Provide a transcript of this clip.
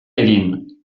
egin